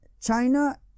China